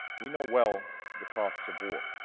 we know well the costs of war.